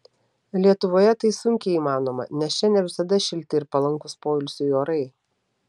lietuvoje tai sunkiai įmanoma nes čia ne visada šilti ir palankūs poilsiui orai